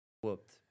whooped